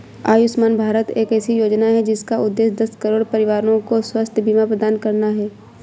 आयुष्मान भारत एक ऐसी योजना है जिसका उद्देश्य दस करोड़ परिवारों को स्वास्थ्य बीमा प्रदान करना है